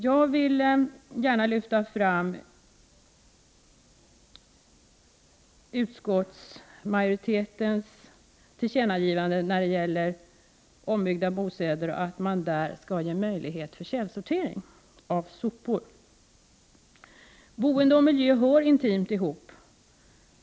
Jag vill gärna lyfta fram utskottsmajoritetens tillkännagivande när det gäller ombyggda bostäder, att man där skall ge möjlighet till källsortering av sopor. Boende och miljö hör intimt ihop.